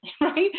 right